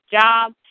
job